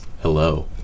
hello